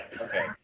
Okay